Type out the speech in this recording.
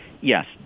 Yes